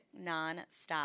nonstop